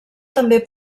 també